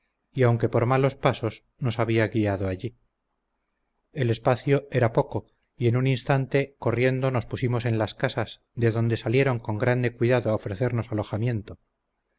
y aunque por malos pasos nos había guiado allí el espacio era poco y en un instante corriendo nos pusimos en las casas de donde salieron con grande cuidado a ofrecernos alojamiento